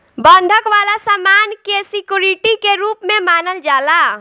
बंधक वाला सामान के सिक्योरिटी के रूप में मानल जाला